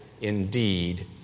indeed